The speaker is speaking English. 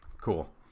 Cool